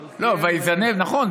"ויזנב", נכון.